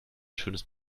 schönes